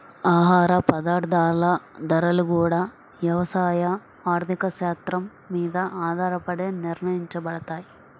ఆహార పదార్థాల ధరలు గూడా యవసాయ ఆర్థిక శాత్రం మీద ఆధారపడే నిర్ణయించబడతయ్